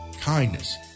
kindness